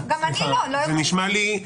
זה נשמע לי,